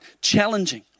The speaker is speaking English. challenging